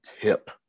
tip